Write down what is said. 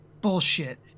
Bullshit